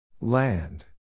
Land